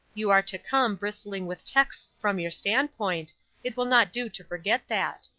you are to come bristling with texts from your standpoint it will not do to forget that.